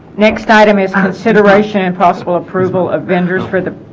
next item is on consideration and possible approval of vendors for the